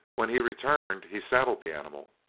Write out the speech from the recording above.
when he returned he saddled the animal,